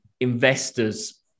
investors